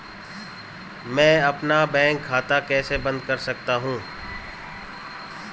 मैं अपना बैंक खाता कैसे बंद कर सकता हूँ?